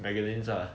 magazines lah